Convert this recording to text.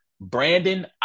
Brandon